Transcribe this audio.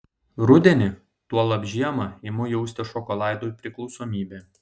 rudenį tuolab žiemą imu jausti šokoladui priklausomybę